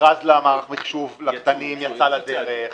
המכרז למערך המחשוב --- יצא לדרך.